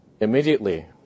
Immediately